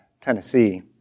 Tennessee